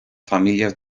familias